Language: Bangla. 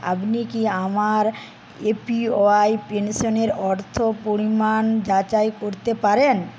আপনি কি আমার এপিওয়াই পেনশনের অর্থপরিমাণ যাচাই করতে পারেন